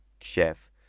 chef